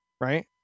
right